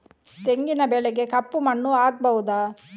ತೆಂಗಿನ ಬೆಳೆಗೆ ಕಪ್ಪು ಮಣ್ಣು ಆಗ್ಬಹುದಾ?